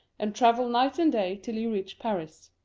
and travel night and day till you reach paris.